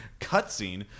cutscene